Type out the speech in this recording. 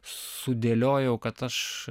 sudėliojau kad aš